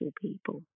people